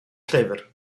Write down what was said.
llyfr